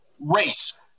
race